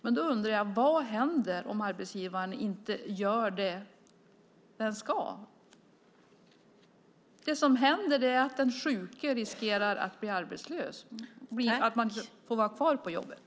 Men vad händer om arbetsgivaren inte gör vad den ska? Det som händer är att den sjuke riskerar att bli arbetslös och inte får vara kvar på jobbet.